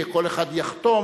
וכל אחד יחתום.